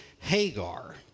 Hagar